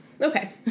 okay